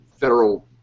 federal